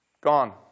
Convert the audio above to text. Gone